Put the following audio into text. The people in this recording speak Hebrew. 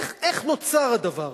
איך נוצר הדבר הזה?